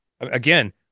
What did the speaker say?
Again